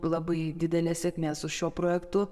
labai didelės sėkmės su šiuo projektu